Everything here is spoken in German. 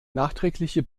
nachträgliche